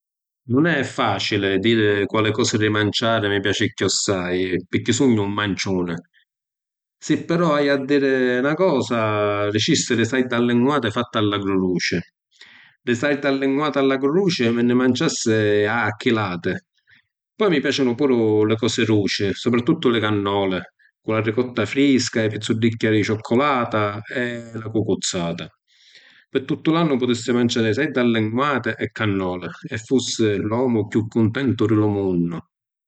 Nun è facili diri quali cosa di manciari mi piaci cchiòssai, pirchì sugnu un manciuni. Si però haiu a diri na cosa, dicissi li sardi allinguati fatti all’agru-duci. Di sardi allinguati all’agru-duci mi nni manciassi a chilati. Poi mi piacinu puru li cosi duci supratuttu li cannoli, cu la ricotta frisca, i pizzuddicchi di cicculatti e la cucuzzata. Pi tuttu l’annu putissi manciari sardi allinguati e cannoli… e fussi l’omu chiù cuntentu di lu munnu.